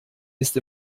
ist